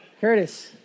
Curtis